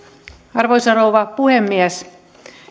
arvoisa rouva puhemies